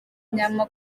nyama